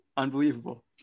Unbelievable